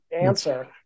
answer